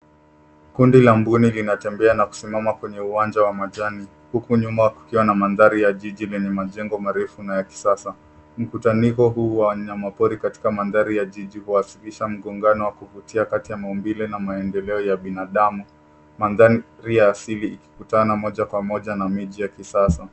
Kundi la mbuni linatembea na kusimama kwenye uwanja wa majani huku nyuma kukiwa na mandhari ya jiji lenye majengo marefu na ya kisasa. Mkusanyiko huu wa wanyamapori katika mandhari ya jiji huwalisha mgongano wa kuvutia kati ya maumbile na maendeleo ya binadamu. Mandhari ya asili hukutana moja kwa moja na miji ya kisasa.